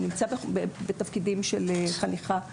נמצא בתפקידים של חניכה,